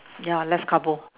ya less carbo